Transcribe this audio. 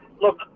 Look